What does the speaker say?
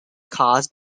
caused